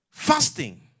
Fasting